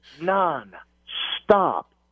non-stop